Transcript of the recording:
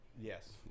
yes